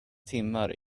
timmar